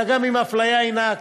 אלא גם אם האפליה היא עקיפה,